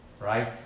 Right